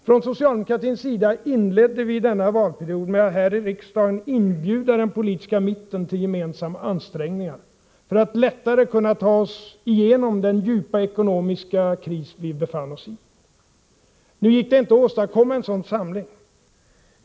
Från socialdemokratins sida inledde vi denna valperiod med att här i riksdagen inbjuda den politiska mitten till gemensamma ansträngningar för att lättare kunna ta oss igenom den djupa ekonomiska kris vi befann oss i. Nu gick det inte att åstadkomma en sådan samling.